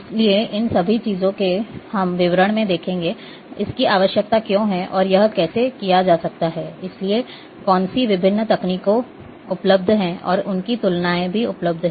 इसलिए इन सभी चीजों को हम विवरण में देखेंगे इसकी आवश्यकता क्यों है और यह कैसे किया जा सकता है इसके लिए कौन सी विभिन्न तकनीकें उपलब्ध हैं और उनकी तुलनाएँ भी उपलब्ध हैं